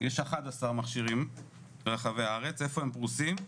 יש 11 מכשירים ברחבי הארץ, איפה הם פרוסים?